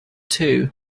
too